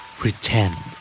pretend